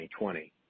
2020